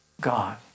God